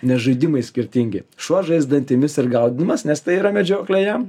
nes žaidimai skirtingi šuo žais dantimis ir gaudymas nes tai yra medžioklė jam